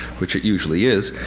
which it usually is.